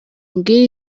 umbwire